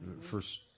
first